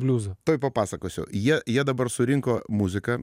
bliuzą tuoj papasakosiu jei jie dabar surinko muziką